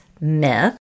myth